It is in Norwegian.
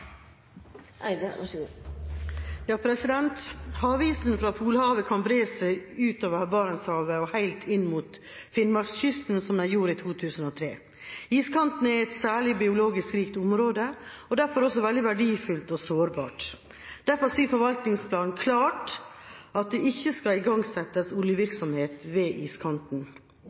Havisen fra Polhavet kan bre seg utover Barentshavet og helt inn mot Finnmarkskysten, som den gjorde i 2003. Iskanten er et særlig rikt biologisk område og derfor også veldig verdifullt og sårbart. Derfor sier forvaltningsplanen klart at det ikke skal igangsettes oljevirksomhet ved iskanten.